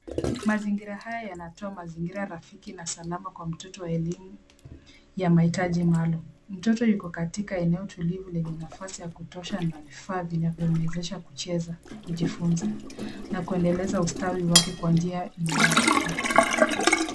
Mazingira haya yanatoa mazingira rafiki na salama kwa mtoto wa elimu ya mahitaji maalum. Mtoto yuko katika eneo tulivu lenye nafasi ya kutosha na vifaa vinavyomuwezesha kucheza kujifunza na kuendeleza ustawi wake kwa njia inayomfaa.